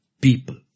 people